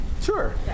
Sure